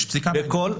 יש פסיקה בעניין.